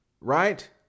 Right